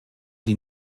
die